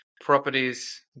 properties